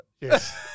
Yes